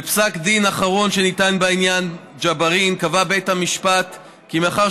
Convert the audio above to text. בפסק דין אחרון שניתן בעניין ג'בארין קבע בית המשפט כי מאחר